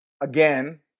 again